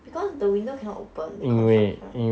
because the window cannot open they construction